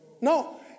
No